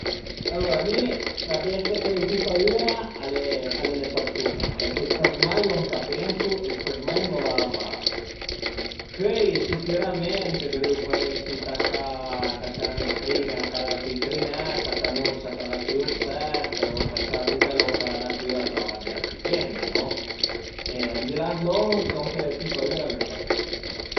Alura mi la bestia chë l'ai pi paüra al e le persun-e përché s'as mai lon ch'a pensu e s'as mai ëndua a van parà, pöi sicürament vurìu pa esi tacà a 'na crin-a ch'al a sui crinèt, tacà ün'ursa ch'al a sui ursèt o tacà tüt lon chë la natüra a deu difendi, di la lë lon, lon chë l'ai pi paüra al e d'le persun-e